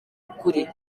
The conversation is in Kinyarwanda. ukuri